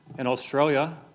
and australia,